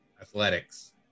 athletics